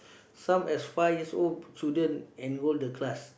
some as five years old student enrol the class